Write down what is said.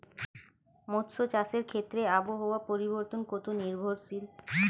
মৎস্য চাষের ক্ষেত্রে আবহাওয়া পরিবর্তন কত নির্ভরশীল?